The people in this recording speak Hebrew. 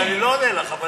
אז אני לא עונה לך.